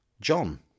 john